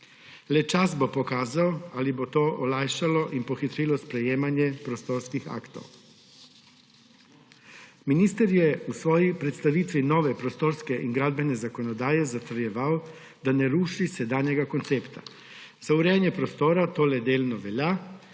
Le čas bo pokazal, ali bo to olajšalo in pohitrilo sprejemanje prostorskih aktov. Minister je v svoji predstavitvi nove prostorske in gradbene zakonodaje zatrjeval, da ne ruši sedanjega koncepta. Za urejanje prostora to le delno velja.